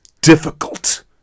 difficult